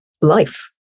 life